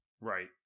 Right